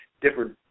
different